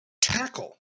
tackle